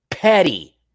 Petty